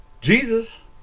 jesus